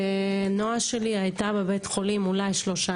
נועה שלי היתה בבית החולים אולי שלושה